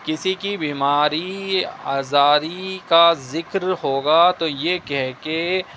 کسی کی بیماری آزاری کا ذکر ہوگا تو یہ کہہ کے